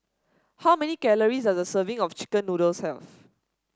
how many calories does a serving of chicken noodles have